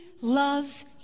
loves